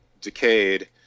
decayed